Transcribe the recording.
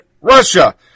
Russia